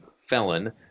felon